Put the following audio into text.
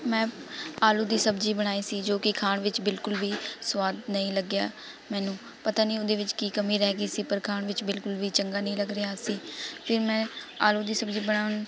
ਮੈਂ ਆਲੂ ਦੀ ਸਬਜ਼ੀ ਬਣਾਈ ਸੀ ਜੋ ਕਿ ਖਾਣ ਵਿੱਚ ਬਿਲਕੁਲ ਵੀ ਸਵਾਦ ਨਹੀਂ ਲੱਗਿਆ ਮੈਨੂੰ ਪਤਾ ਨਹੀਂ ਉਹਦੇ ਵਿੱਚ ਕੀ ਕਮੀ ਰਹਿ ਗਈ ਸੀ ਪਰ ਖਾਣ ਵਿੱਚ ਬਿਲਕੁਲ ਵੀ ਚੰਗਾ ਨਹੀਂ ਲੱਗ ਰਿਹਾ ਸੀ ਫਿਰ ਮੈਂ ਆਲੂ ਦੀ ਸਬਜ਼ੀ ਬਣਾਉਣ